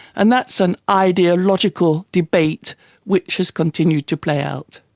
and that's an ideological debate which has continued to play out.